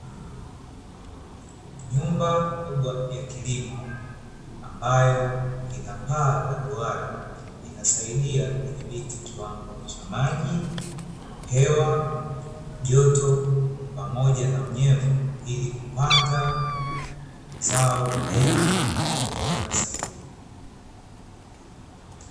Nyumba kubwa ya kilimo ambayo ina paa la duara. Inasaidia kuthibiti kiwango cha maji, hewa, joto pamoja na unyevu; ili kupata zao lenye ubora sahihi.